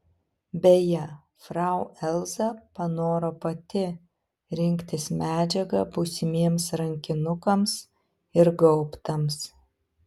beje frau elza panoro pati rinktis medžiagą būsimiems rankinukams ir gaubtams